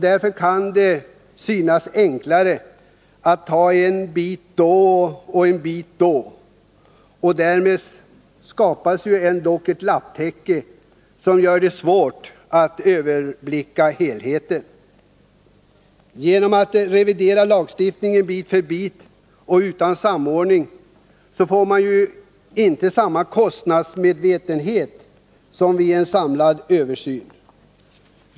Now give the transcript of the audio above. Därför kan det synas enklare att ta en bit då och då. Men därmed skapas ett lapptäcke som gör det svårt att överblicka helheten. Genom att revidera lagstiftningen bit för bit och utan samordning får man inte samma kostnadsmedvetenhet som vid en samlad översyn.